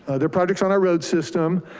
ah they're projects on our road system